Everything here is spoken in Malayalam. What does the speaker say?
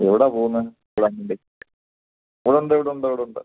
എവിടാണ് പോവുന്നത് കൂടാൻ വേണ്ടി ഇവിടുണ്ട് ഇവിടുണ്ട് ഇവിടുണ്ട്